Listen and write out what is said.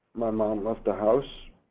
my mom left the house.